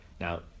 now